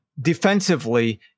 defensively